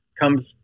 comes